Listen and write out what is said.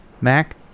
Mac